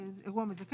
אירוע מזכה.